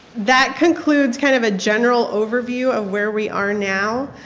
that concludes kind of a general overview of where we are now.